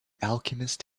alchemist